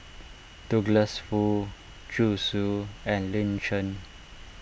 Douglas Foo Zhu Xu and Lin Chen